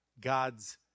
God's